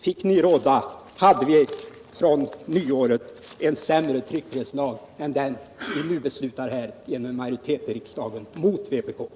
Fick ni råda hade vi från nyåret en sämre tryckfrihetslag än den vi genom majoritetsbeslut i riksdagen har antagit.